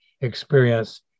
experience